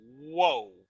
whoa